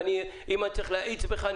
ואם אני צריך להאיץ בך,